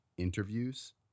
interviews